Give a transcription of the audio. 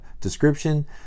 description